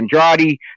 Andrade